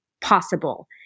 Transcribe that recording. possible